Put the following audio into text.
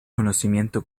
conocimiento